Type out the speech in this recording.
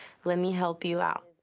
let me help you out.